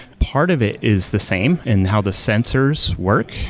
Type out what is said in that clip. part of it is the same in how the sensors work.